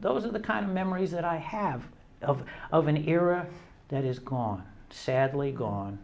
those are the kind of memories that i have of of an era that has gone sadly gone